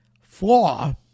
flaw